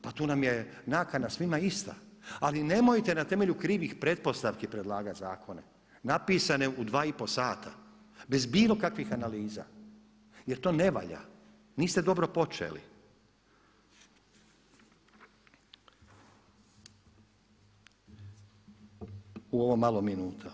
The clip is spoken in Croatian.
Pa tu nam je nakana svima ista, ali nemojte na temelju krivih pretpostavki predlagati zakone napisane u 2,5 sata bez bilo kakvih analiza jer to ne valja, niste dobro počeli u ovo malo minuta.